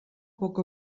poc